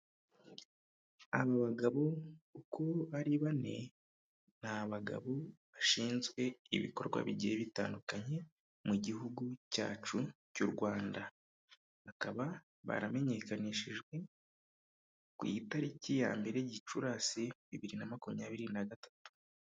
Aba bagabo uko ari bane ni abagabo bashinzwe ibikorwa bigiye bitandukanye mu gihugu cyacu cy'u Rwanda, bakaba baramenyekanishijwe ku itariki ya mbere Gicurasi bibiri na makumyabiri na gatatu.